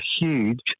huge